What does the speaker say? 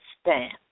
stand